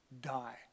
die